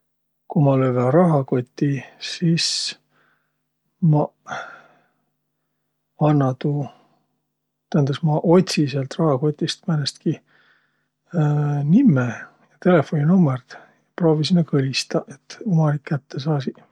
Tere! Tiiät, mi pidi täämbä kinno minemä, aga ma ei saaki. Mul tull' äkki üts väega äkiline asi vaihõlõ. No egaq midägi tetäq ei olõq, no tõnõ kõrd kaemiq, täämbä kuigimuu ei saaq. Hääd aigu!